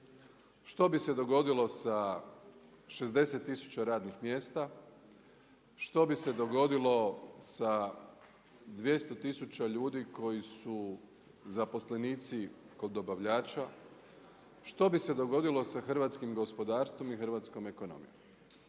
Što bi se dogodilo sa 60 tisuća radnih mjesta? Što bi se dogodilo sa 200 tisuća ljudi koji su zaposlenici kod dobavljača? Što bi se dogodilo sa hrvatskim gospodarstvom i hrvatskom ekonomijom?